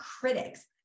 critics